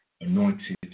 anointed